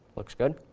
looks good.